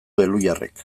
elhuyarrek